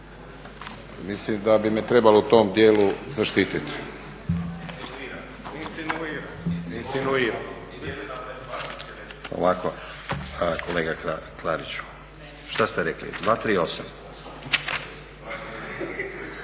Mislim da bi me trebalo u tom dijelu zaštititi.